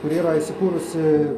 kuri yra įsikūrusi